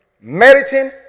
meriting